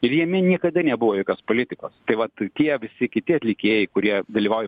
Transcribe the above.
ir jame niekada nebuvo jokios politikos tai vat tie visi kiti atlikėjai kurie dalyvauja